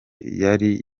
yari